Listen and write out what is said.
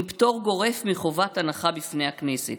עם פטור גורף מחובת הנחה בפני הכנסת,